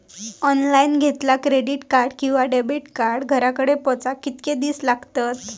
Online घेतला credit card किंवा debit card घराकडे पोचाक कितके दिस लागतत?